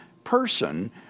person